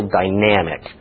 dynamic